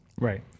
right